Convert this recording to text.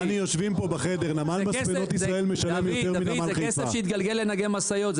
זה כסף שיתגלגל לנהגי משאיות.